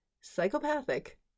Psychopathic